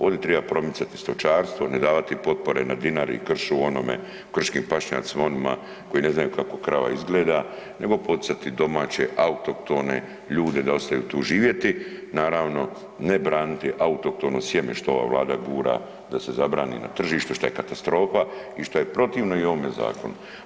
Ovdje treba promicati stočarstvo, ne davati potpore na Dinari, kršu onome, krškim pašnjacima onima koji ne znaju kako krava izgleda, nego poticati domaće autohtone ljude da ostaju tu živjeti, naravno ne braniti autohtono sjeme što ova vlada gura da se zabrani na tržištu šta je katastrofa i što je protivno i ovome zakonu.